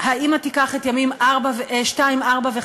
אבל אם ההורים התחלקו, אז אף אחד